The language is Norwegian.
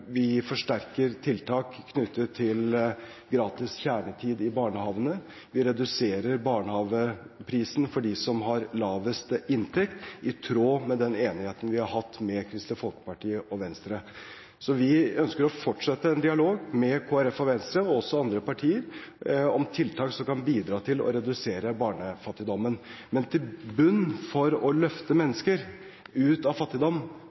gratis kjernetid i barnehagene. Vi reduserer barnehageprisen for dem som har lavest inntekt, i tråd med den enigheten vi har hatt med Kristelig Folkeparti og Venstre. Vi ønsker å fortsette en dialog med Kristelig Folkeparti og Venstre og også andre partier om tiltak som kan bidra til å redusere barnefattigdommen. Men i bunnen for å løfte mennesker ut av fattigdom